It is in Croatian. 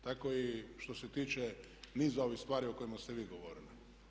Tako i što se tiče niza ovih stvari o kojima ste vi govorili.